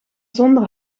zonder